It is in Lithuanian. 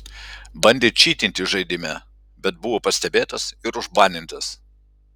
bandė čytinti žaidime bet buvo pastebėtas ir užbanintas